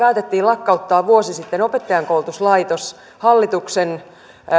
päätettiin lakkauttaa vuosi sitten opettajankoulutuslaitos hallituksen